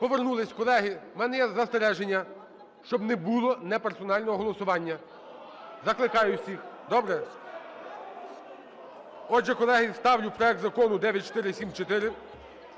Повернулися, колеги. В мене є застереження: щоб не було неперсонального голосування. Закликаю всіх. Добре? (Шум у залі) Отже, колеги, ставлю проект Закону 9474